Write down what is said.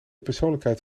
persoonlijkheid